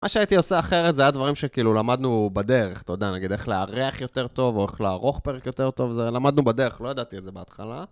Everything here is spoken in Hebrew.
מה שהייתי עושה אחרת זה היה דברים שכאילו למדנו בדרך, אתה יודע, נגיד איך לארח יותר טוב או איך לערוך פרק יותר טוב, זה למדנו בדרך, לא ידעתי את זה בהתחלה.